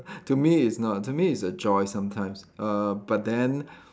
to me it's not to me it's a joy sometimes err but then